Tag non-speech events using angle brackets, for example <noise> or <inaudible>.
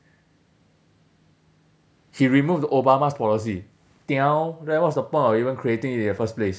he remove the obama's policy <noise> then what's the point of creating it in the first place